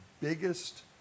biggest